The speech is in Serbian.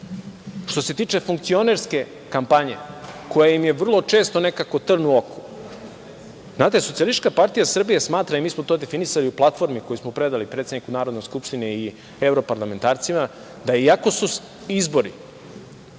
se tiče funkcionerske kampanje koja im je vrlo često nekako trn u oku, znate SPS smatra i mi smo to definisali u platformi koju smo predali predsedniku Narodne skupštine i evroparlamentarcima da iako su izbori